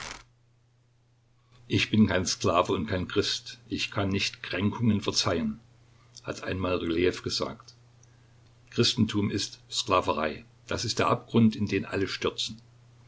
ich bin kein sklave und kein christ ich kann nicht kränkungen verzeihen hat einmal rylejew gesagt christentum ist sklaverei das ist der abgrund in den alle stürzen